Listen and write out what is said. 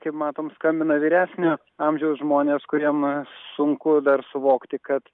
kaip matom skambina vyresnio amžiaus žmonės kuriem sunku dar suvokti kad